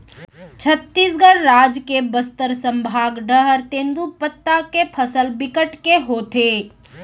छत्तीसगढ़ राज के बस्तर संभाग डहर तेंदूपत्ता के फसल बिकट के होथे